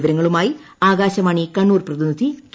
വിശദാംശങ്ങളുമായി ആകാശവാണി കണ്ണൂർ പ്രതിനിധി കെ